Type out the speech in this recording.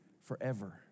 forever